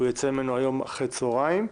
הוא יוצא ממנו היום אחרי הצהרים.